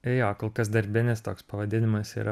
jo kol kas darbinis toks pavadinimas yra